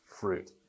fruit